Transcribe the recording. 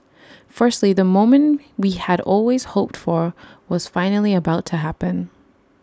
firstly the moment we had always hoped for was finally about to happen